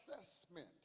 assessment